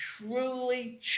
truly